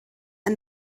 and